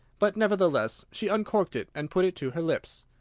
but nevertheless she uncorked it and put it to her lips.